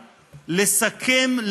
לסכם,